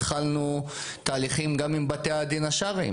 התחלנו תהליכים גם עם בתי הדין השרעים